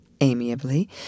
amiably